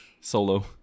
solo